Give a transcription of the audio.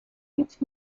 reach